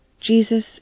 Jesus